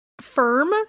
Firm